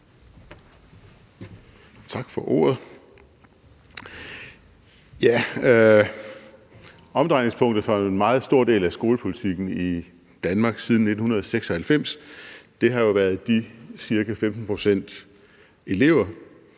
Tak for ordet. Omdrejningspunktet for en meget stor del af skolepolitikken i Danmark siden 1996 har jo været de ca. 15 pct. elever,